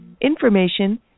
information